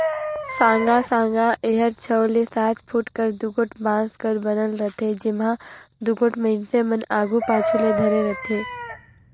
साँगा साँगा एहर छव ले सात फुट कर दुगोट बांस कर बनल रहथे, जेम्हा दुगोट मइनसे मन आघु पाछू ले धरे रहथे